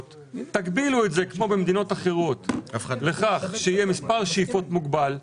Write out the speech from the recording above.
תגבילו את זה כמו במדינות אחרות לכך שיהיה מספר שאיפות מוגבל.